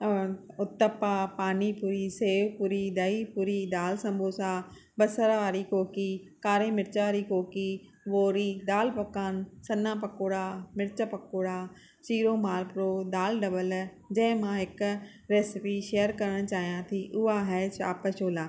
उतपा पानीपूरी सेवपूरी दहीपूरी दाल समोसा बसर वारी कोकी कारे मिर्च वारी कोकी भोरी दाल पकवान सन्हा पकोड़ा मिर्च पकोड़ा सीरो मालपूड़ो दाल ढॿल जंहिं मां हिक रेसिपी शेयर करणु चाहियां थी उहा आहे चाप छोला